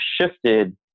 shifted